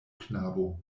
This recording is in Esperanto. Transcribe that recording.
knabo